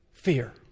Fear